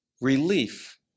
relief